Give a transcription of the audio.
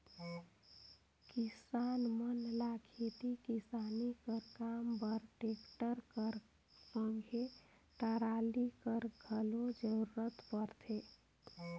किसान मन ल खेती किसानी कर काम बर टेक्टर कर संघे टराली कर घलो जरूरत परथे